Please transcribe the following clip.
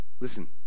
Listen